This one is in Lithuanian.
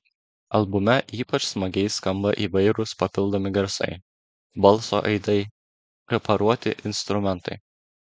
albume ypač smagiai skamba įvairūs papildomi garsai balso aidai preparuoti instrumentai